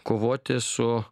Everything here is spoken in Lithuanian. kovoti su